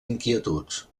inquietuds